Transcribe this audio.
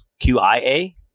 QIA